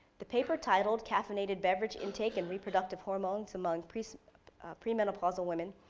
the paper title, caffeinated beverage intake and reproductive hormones among pre-menopausal women,